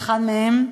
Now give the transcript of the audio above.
באחד מהם,